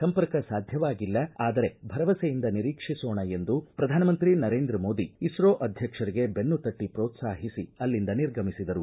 ಸಂಪರ್ಕ ಸಾಧ್ಯವಾಗಿಲ್ಲ ಆದರೆ ಭರವಸೆಯಿಂದ ನಿರೀಕ್ಷಿಸೋಣ ಎಂದು ಪ್ರಧಾನಮಂತ್ರಿ ನರೇಂದ್ರ ಮೋದಿ ಇಸ್ತೋ ಅಧ್ಯಕ್ಷರಿಗೆ ಬೆನ್ನು ತಟ್ಟಿ ಪೋತ್ಸಾಹಿಸಿ ಅಲ್ಲಿಂದ ನಿರ್ಗಮಿಸಿದರು